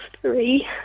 three